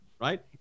Right